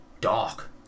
Dark